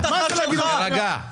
תירגע.